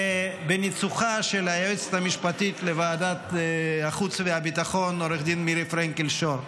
בניצוחה של היועצת המשפטית לוועדת החוץ והביטחון עו"ד מירי פרנקל שור,